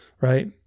right